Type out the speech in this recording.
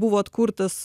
buvo atkurtas